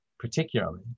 particularly